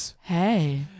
Hey